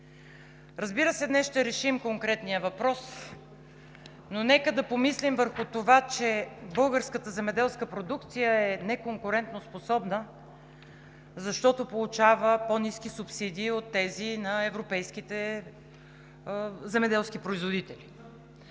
Разбира се, днес ще решим конкретния въпрос, но нека да помислим върху това, че българската земеделска продукция е неконкурентоспособна, защото получава по-ниски субсидии от тези на европейските земеделски производители.